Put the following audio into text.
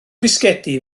fisgedi